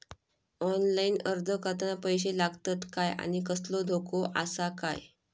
Online अर्ज करताना पैशे लागतत काय आनी कसलो धोको आसा काय?